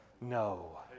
No